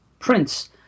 Prince